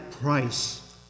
price